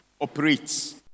operates